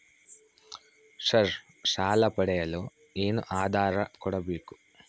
Sir ಸಾಲ ಪಡೆಯಲು ಏನು ಆಧಾರ ಕೋಡಬೇಕು?